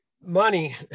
money